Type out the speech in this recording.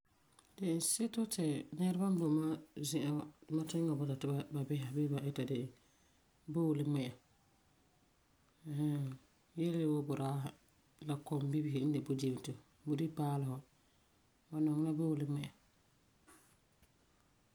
De'enseto ti nɛreba n boi mam zi'an wa bɔta ti ba bisera de la boole ŋmi'a ɛɛn hɛɛn. Yele yele wuu budaasi la kɔmbibesi n de budibito. Budibipaalesi wa ba nɔŋe la boole ŋmi'a.